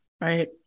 Right